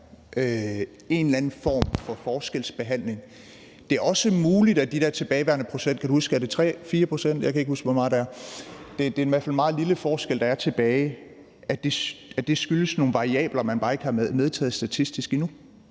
en eller anden form for forskelsbehandling. Det er også muligt, at de der tilbageværende procenter – jeg kan ikke huske, om det er 3 eller 4 pct., eller hvor meget det er; det er i hvert fald en meget lille forskel, der er tilbage – skyldes nogle variabler, man bare ikke har medtaget statistisk endnu.